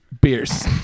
beers